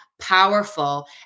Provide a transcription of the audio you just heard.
powerful